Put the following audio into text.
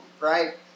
right